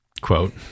quote